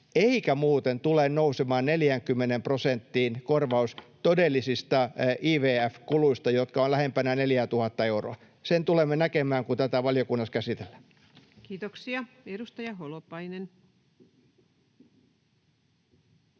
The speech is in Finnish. eikä muuten tule nousemaan 40 prosenttiin korvaus todellisista IVF-kuluista, jotka ovat lähempänä 4 000:ta euroa. Sen tulemme näkemään, kun tätä valiokunnassa käsitellään. [Speech 294] Speaker: